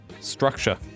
structure